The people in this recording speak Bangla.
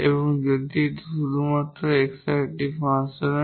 এবং যদি এটি শুধুমাত্র x এর একটি ফাংশন হয়